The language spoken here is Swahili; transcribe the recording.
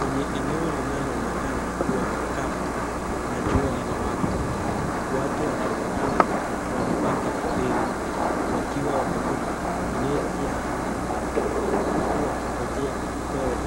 Lenye eneo linaonekana kuwa kafu na jua linawaka watu wanaonekana wamepanga foleni wakiwa wamebeba neti wa mbu huku wakingoja kupewa